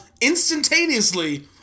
instantaneously